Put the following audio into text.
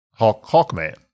Hawkman